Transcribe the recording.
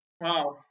Wow